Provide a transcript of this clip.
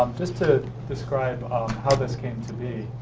um just to describe how this came to be,